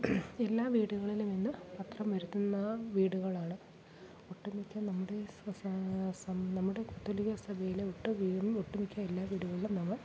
എല്ലാ വീടുകളിലും ഇന്ന് പത്രം വരുത്തുന്ന വീടുകളാണ് ഒട്ടുമിക്ക നമ്മുടെ നമ്മുടെ കത്തോലിക്കാ സഭയിലെ ഒട്ടു ഒട്ടുമിക്ക എല്ലാ വീടുകളിലും നമ്മൾ